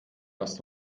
lasst